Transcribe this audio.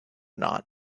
not